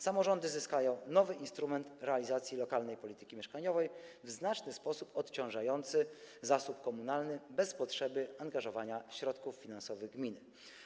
Samorządy zyskają nowy instrument realizacji lokalnej polityki mieszkaniowej, w znaczny sposób odciążający zasób komunalny bez potrzeby angażowania środków finansowych gminy.